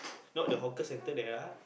not the hawker center there lah